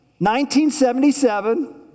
1977